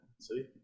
See